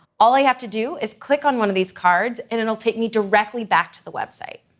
all i have to do is click on one of these cards, and it'll take me directly back to the website.